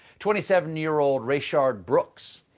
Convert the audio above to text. twenty seven year old rayshard brooks.